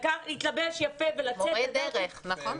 להתלבש יפה ולצאת לעבודה.